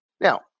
Now